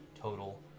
total